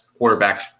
quarterbacks